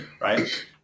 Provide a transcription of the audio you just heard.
right